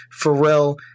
Pharrell